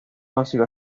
consiguió